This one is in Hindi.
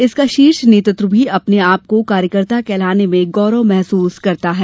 इसका शीर्ष नेतृत्व भी अपने आपको कार्यकर्ता कहलाने में गौरव महसूस करता है